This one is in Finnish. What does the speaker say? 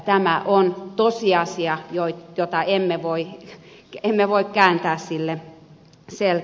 tämä on tosiasia jolle emme voi kääntää selkäämme